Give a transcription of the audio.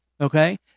okay